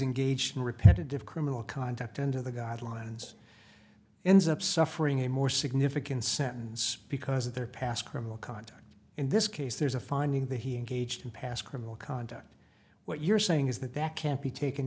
engaged in repetitive criminal conduct under the guidelines ends up suffering a more significant sentence because of their past criminal conduct in this case there's a finding that he engaged in past criminal conduct what you're saying is that that can't be taken